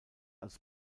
als